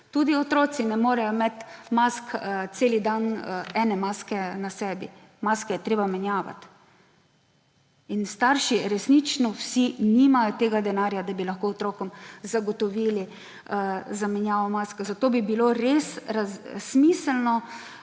Tudi otroci ne morejo imeti ene maske ves dan na sebi, maske je treba menjevati. In resnično vsi starši nimajo tega denarja, da bi lahko otrokom zagotovili zamenjavo mask. Zato bi bilo res smiselno